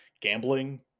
gambling